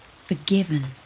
forgiven